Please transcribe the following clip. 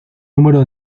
número